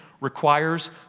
requires